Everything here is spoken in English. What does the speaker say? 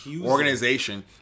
organization